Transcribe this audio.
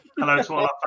Hello